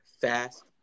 fast